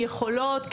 יכולות,